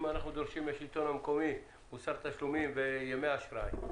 אם אנחנו דורשים מהשלטון המקומי מוסר תשלומים וימי אשראי,